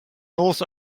north